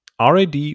RAD